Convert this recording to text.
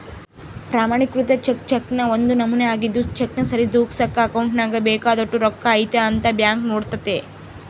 ಪ್ರಮಾಣಿಕೃತ ಚೆಕ್ ಚೆಕ್ನ ಒಂದು ನಮೂನೆ ಆಗಿದ್ದು ಚೆಕ್ನ ಸರಿದೂಗ್ಸಕ ಅಕೌಂಟ್ನಾಗ ಬೇಕಾದೋಟು ರೊಕ್ಕ ಐತೆ ಅಂತ ಬ್ಯಾಂಕ್ ನೋಡ್ತತೆ